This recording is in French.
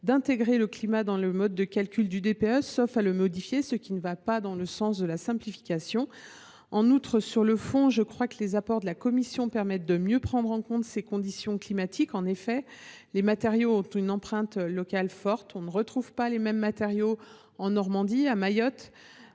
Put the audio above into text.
d’inclure le climat dans le mode de calcul du DPE, sauf à le modifier, ce qui ne va pas dans le sens de la simplification. Sur le fond, j’ajoute que les apports de la commission permettent déjà de mieux prendre en considération ces conditions climatiques. En effet, les matériaux ont une empreinte locale forte. On ne retrouve pas les mêmes matériaux en Normandie, à Mayotte,